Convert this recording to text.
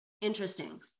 Interesting